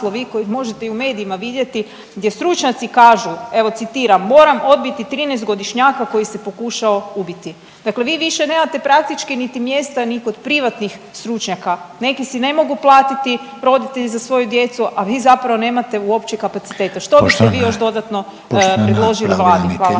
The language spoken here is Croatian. možete i u medijima vidjeti gdje stručnjaci kažu, evo citiram, moram odbiti 13-godišnjaka koji se pokušao ubiti. Dakle, vi više nemate praktički niti mjesta ni kod privatnih stručnjaka, neki si ne mogu platiti roditelji za svoju djecu, a vi zapravo nemate uopće kapacitete. Što biste vi još dodatno predložili Vladi? Hvala.